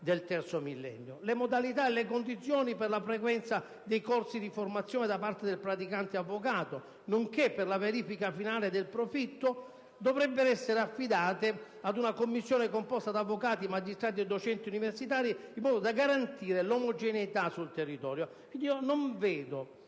del terzo millennio. Le modalità e le condizioni per la frequenza dei corsi di formazione da parte del praticante avvocato, nonché quelle per la verifica finale del profitto dovrebbero essere affidate ad una commissione composta da avvocati, magistrati e docenti universitari in modo da garantire l'omogeneità di giudizio su tutto